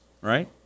right